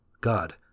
God